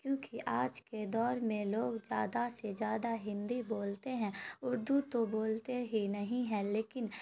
کیونکہ آج کے دور میں لوگ زیادہ سے زیادہ ہندی بولتے ہیں اردو تو بولتے ہی نہیں ہیں لیکن